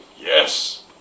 Yes